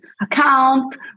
account